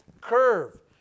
curve